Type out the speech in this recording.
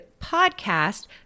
PODCAST